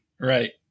right